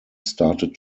started